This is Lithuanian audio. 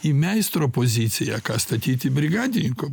į meistro poziciją ką statyt į brigadininko